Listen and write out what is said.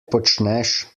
počneš